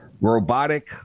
robotic